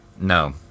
No